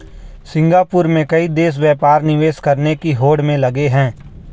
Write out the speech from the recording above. Singapore में कई देश व्यापार निवेश करने की होड़ में लगे हैं